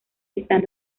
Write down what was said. están